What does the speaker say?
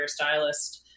hairstylist